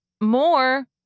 More